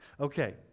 Okay